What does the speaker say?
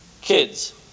Kids